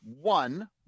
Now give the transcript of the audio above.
One